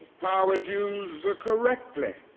power is used correctly.